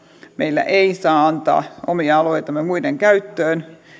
meillä ei saa antaa omia alueitamme muiden käyttöön